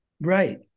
right